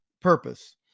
Purpose